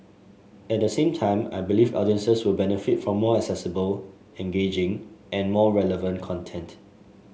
at the same time I believe audiences will benefit from more accessible engaging and more relevant content